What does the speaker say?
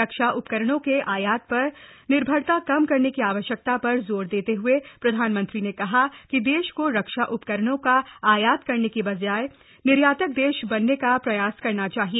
रक्षा उपकरणों के आयात पर निर्भरता कम करने की आवश्यकता पर जोर देते हुए प्रधानमंत्री ने कहा कि देश को रक्षा उपकरणों का आयात करने की बजाय निर्यातक देश बनने का प्रयास करना चाहिए